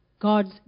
God's